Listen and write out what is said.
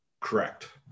correct